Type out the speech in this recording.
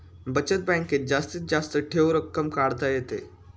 बचत बँकेत जास्तीत जास्त ठेव रक्कम काढता येते